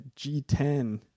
G10